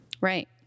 Right